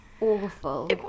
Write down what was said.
awful